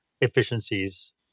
efficiencies